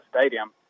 stadium